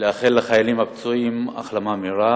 ולאחל לחיילים הפצועים החלמה מהירה.